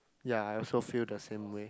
ya I also feel the same way